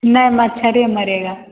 नए मच्छर ही मरेगा